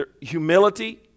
Humility